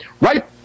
right